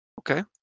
Okay